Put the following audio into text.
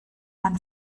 man